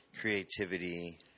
creativity